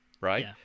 right